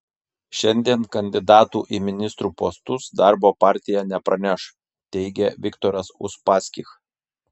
šiandien kandidatų į ministrų postus darbo partija nepraneš teigia viktoras uspaskich